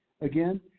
again